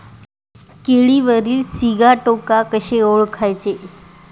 केळीवरील सिगाटोका कसे ओळखायचे?